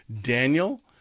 daniel